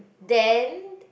then